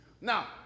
Now